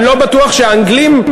אני לא בטוח שהאנגלים,